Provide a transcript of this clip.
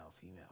female